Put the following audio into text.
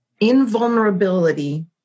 invulnerability